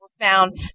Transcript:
found